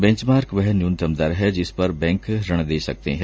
benchmark दर वह न्युनतम दर है जिस पर बैंक ऋण दे सकते हैं